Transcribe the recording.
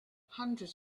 hundreds